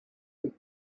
with